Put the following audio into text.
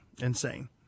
insane